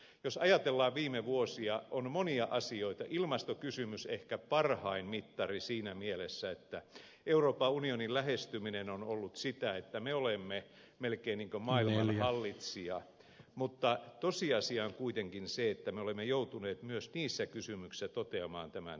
jos ajatellaan viime vuosia on monia asioita ilmastokysymys ehkä parhain mittari siinä mielessä että euroopan unionin lähestyminen on ollut sitä että me olemme melkein niin kuin maailmanhallitsija mutta tosiasia on kuitenkin se että me olemme joutuneet myös niissä kysymyksissä toteamaan tämän suhteellisuuden